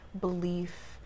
belief